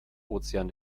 ozean